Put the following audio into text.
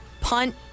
punt